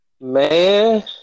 man